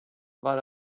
war